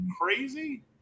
Crazy